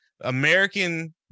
American